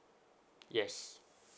yes